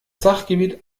sachgebiet